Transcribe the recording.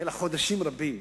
אלא חודשים רבים.